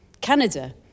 Canada